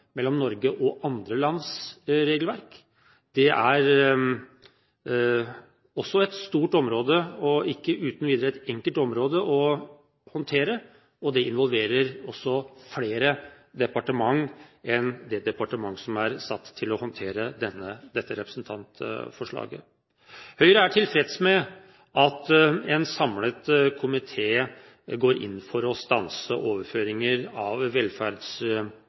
mellom Norges og andre lands regelverk. Det er også et stort og ikke uten videre enkelt område å håndtere, og det involverer også flere departementer enn det departementet som er satt til å håndtere dette representantforslaget. Høyre er tilfreds med at en samlet komité går inn for å stanse overføringer av